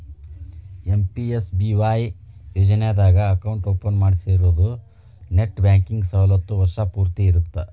PMSBY ಯೋಜನಾದಾಗ account open ಮಾಡ್ಸಿರೋರು net banking ಸವಲತ್ತು ವರ್ಷ್ ಪೂರ್ತಿ ಇರತ್ತ